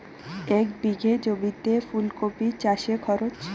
এক বিঘে জমিতে ফুলকপি চাষে খরচ?